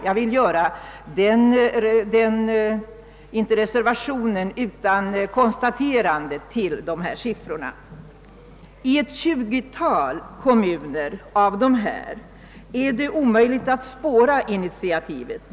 Jag vill göra det konstaterandet i samband med dessa siffror. I ett tjugotal kommuner av dessa är det omöjligt att spåra initiativet.